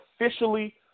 officially